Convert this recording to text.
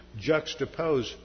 juxtapose